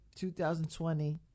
2020